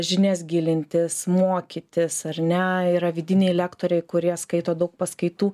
žinias gilintis mokytis ar ne yra vidiniai lektoriai kurie skaito daug paskaitų